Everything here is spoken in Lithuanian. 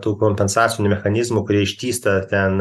tų kompensacinių mechanizmų kurie ištįsta ten